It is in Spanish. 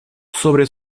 sobre